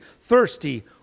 thirsty